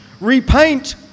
Repaint